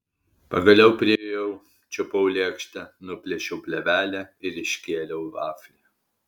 pagaliau priėjau čiupau lėkštę nuplėšiau plėvelę ir iškėliau vaflį